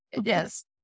yes